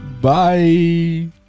Bye